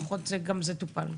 לפחות גם זה טופל.